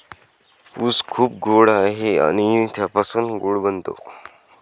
ऊस खूप गोड आहे आणि त्यापासून गूळ बनतो